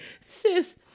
sis